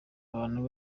abantu